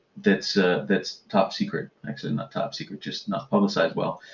that's ah that's top secret. actually not top secret, just not publicized well.